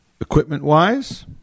equipment-wise